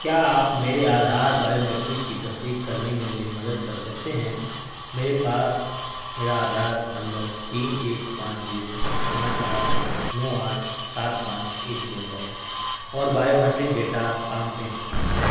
کیا آپ میرے آدھار بائیو میٹرک کی تصدیق کرنے میں میری مدد کر سکتے ہیں میرے پا میرا آدھار نمبر تین ایک پانچ زیرو پانچ آٹھ نو آٹھ سات پانچ ایک دو ہے اور biometric data palm print scan ہے